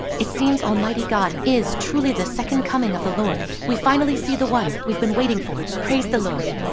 it seems almighty god is truly the second coming of the lord. we finally see the one we've been waiting for. praise the lord!